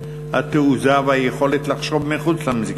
התעוזה והיכולת לחשוב מחוץ למסגרת.